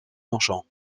longchamps